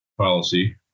policy